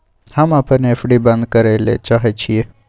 हम अपन एफ.डी बंद करय ले चाहय छियै